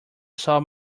solve